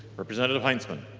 representative heintzeman